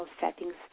settings